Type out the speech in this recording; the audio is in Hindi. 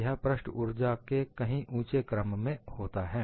यह पृष्ठ ऊर्जा के कहीं ऊंचे क्रम में होता है